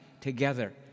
together